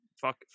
Fuck